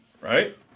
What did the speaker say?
right